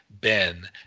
ben